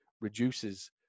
reduces